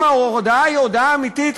אם ההודאה היא הודאה אמיתית,